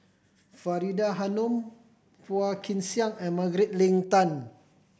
Faridah Hanum Phua Kin Siang and Margaret Leng Tan